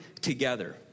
together